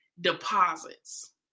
deposits